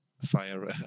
fire